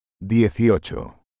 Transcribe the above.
dieciocho